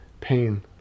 pain